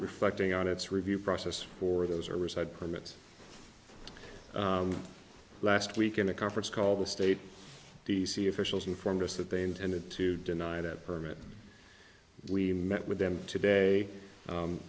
reflecting on its review process for those or reside permits last week in a conference call the state d c officials informed us that they intended to deny that permit we met with them today